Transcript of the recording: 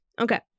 okay